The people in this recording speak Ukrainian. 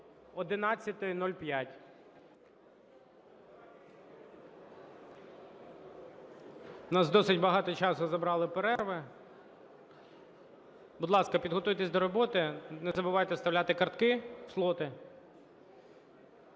роботи. У нас досить багато часу забрали перерви. Будь ласка, підготуйтесь до роботи. Не забувайте вставляти картки в слоти.